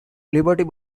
liberty